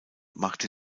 machte